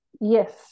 Yes